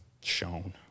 shown